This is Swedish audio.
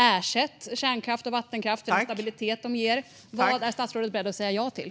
Ersätt kärnkraft och vattenkraft för den stabilitet de ger. Vad är statsrådet beredd att säga ja till?